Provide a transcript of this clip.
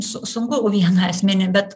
su sunku vieną esminį bet